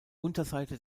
unterseite